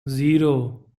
zero